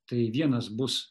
tai vienas bus